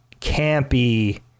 campy